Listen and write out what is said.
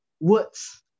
words